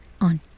On